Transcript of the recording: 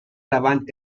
روند